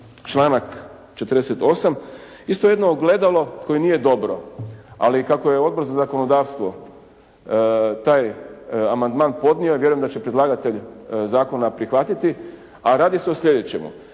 članak 48. isto jedno ogledalo koje nije dobro. Ali kako je Odbor za zakonodavstvo taj amandman podnio ja vjerujem da će predlagatelj zakona prihvatiti, a radi se o sljedećemu.